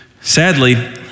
Sadly